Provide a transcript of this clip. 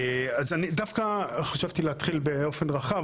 אז אני דווקא חשבתי להתחיל באופן רחב,